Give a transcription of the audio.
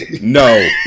No